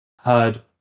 heard